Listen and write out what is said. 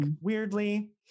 weirdly